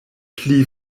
pli